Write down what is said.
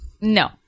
No